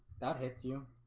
that hits you.